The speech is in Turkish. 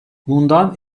bundan